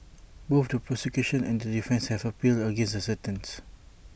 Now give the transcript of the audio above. both the prosecution and the defence have appealed against the sentence